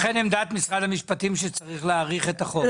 לכן עמדת משרד המשפטים שצריך להאריך את החוק.